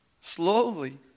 Slowly